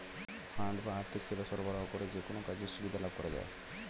fund বা আর্থিক সেবা সরবরাহ করে যেকোনো কাজের সুবিধা লাভ করা যায়